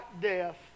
death